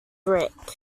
rick